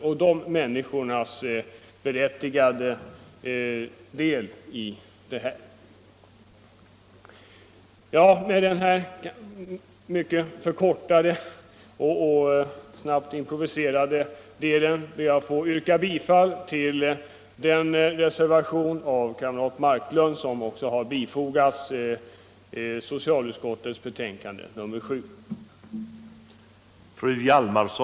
Med detta mycket kortfattade och snabbt improviserade anförande ber jag att få yrka bifall till den reservation som fru Marklund har fogat till so